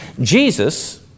Jesus